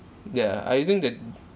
yeah I using the d~